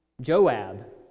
Joab